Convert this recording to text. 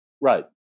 right